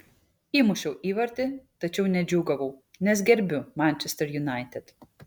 įmušiau įvartį tačiau nedžiūgavau nes gerbiu manchester united